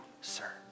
sir